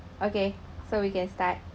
okay so we can start